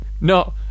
No